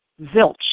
zilch